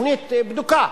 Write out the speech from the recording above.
תוכנית בדוקה,